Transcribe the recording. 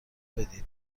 بدید